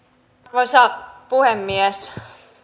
arvoisa puhemies